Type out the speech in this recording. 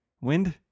wind